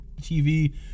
tv